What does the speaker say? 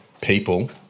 people